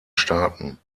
staaten